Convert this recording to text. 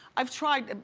i've tried, and